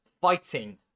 fighting